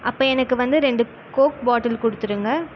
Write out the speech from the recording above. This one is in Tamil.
அப்போ எனக்கு வந்து ரெண்டு கோக் பாட்டில் கொடுத்துருங்க